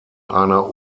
einer